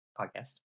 Podcast